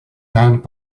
tant